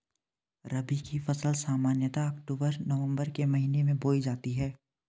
रबी की फ़सल सामान्यतः अक्तूबर नवम्बर के महीने में बोई जाती हैं